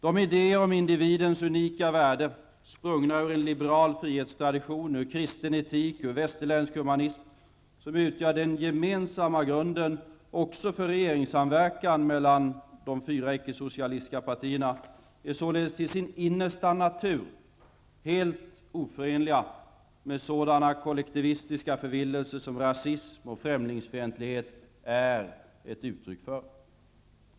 De idéer som individens unika värde, sprungna ur en liberal frihetstradition, kristen etik och västerländsk humanism, som utgör den gemensamma grunden för regeringssamverkan mellan de fyra icke-socialistiska partierna, är således till sin innersta natur helt oförenliga med sådana kollektivistiska förvillelser som rasism och främlingsfientlighet är uttryck för.